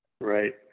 Right